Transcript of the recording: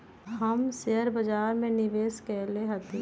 हम शेयर बाजार में निवेश कएले हती